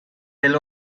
del